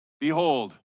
Behold